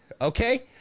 okay